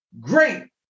Great